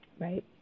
right